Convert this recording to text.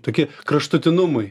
tokie kraštutinumai